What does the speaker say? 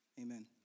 Amen